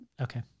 Okay